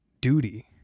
duty